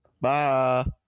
Bye